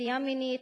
נטייה מינית,